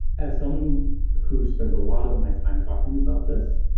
as someone who spends a lot of my time talking about this,